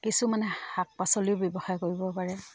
কিছুমানে শাক পাচলিও ব্যৱসায় কৰিব পাৰে